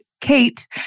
Kate